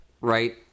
right